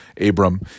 Abram